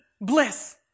bliss